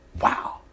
Wow